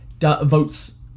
votes